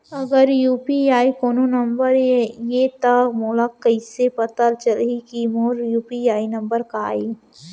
अगर यू.पी.आई कोनो नंबर ये त मोला कइसे पता चलही कि मोर यू.पी.आई नंबर का ये?